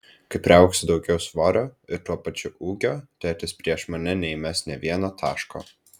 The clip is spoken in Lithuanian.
kai priaugsiu daugiau svorio ir tuo pačiu ūgio tėtis prieš mane neįmes nė vieno taško